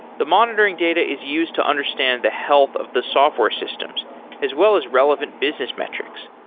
the monitoring data is used to understand the health of the software systems as well as relevant business metrics,